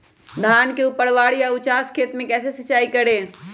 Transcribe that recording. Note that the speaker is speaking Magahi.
धान के ऊपरवार या उचास खेत मे कैसे सिंचाई करें?